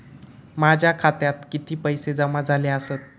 माझ्या खात्यात किती पैसे जमा झाले आसत?